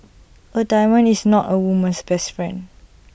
A diamond is not A woman's best friend